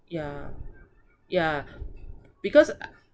ya ya because